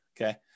Okay